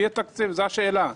זו השאלה.